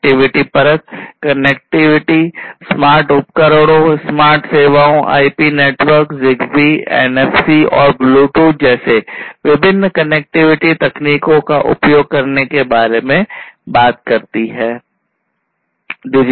connectivity परत समग्र connectivity smart उपकरणों स्मार्ट सेवाओं IP नेटवर्क ZigBee NFC और ब्लूटूथ जैसे विभिन्न कनेक्टिविटी तकनीकों का उपयोग करने के बारे में बात करती है